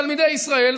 תלמידי ישראל,